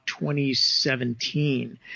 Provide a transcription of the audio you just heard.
2017